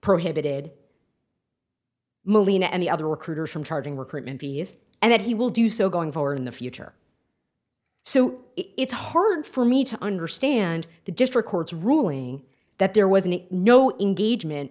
prohibited moving any other recruiters from charging recruitment fees and that he will do so going forward in the future so it's hard for me to understand the district court's ruling that there wasn't no in gage meant